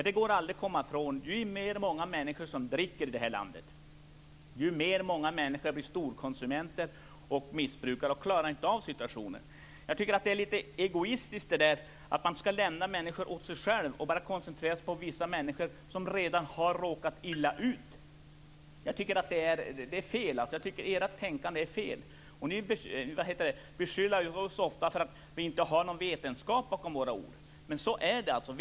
Det går aldrig att komma ifrån att ju fler människor i det här landet som dricker, desto fler människor blir storkonsumenter, desto fler människor missbrukar och klarar inte av situationen. Jag tycker att det är litet egoistiskt det där att man skall lämna människor åt sig själva och bara koncentrera sig på vissa människor, nämligen de som redan har råkat illa ut. Jag tycker att det är fel. Ert tänkande är fel. Ni beskyller ju ofta oss för att inte ha någon vetenskap bakom våra ord, men så är det alltså inte.